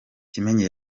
kimenyi